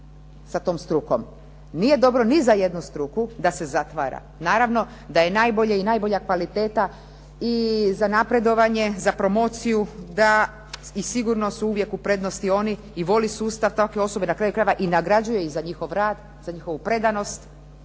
sa tom strukom? Nije dobro ni za jednu struku da se zatvara. Naravno, da je najbolje i najbolja kvaliteta i za napredovanje, za promociju da i sigurno su uvijek u prednosti oni i voli sustav takve osobe i na kraju krajeva i nagrađuje ih za njihov rad i za njihovu predanost